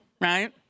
right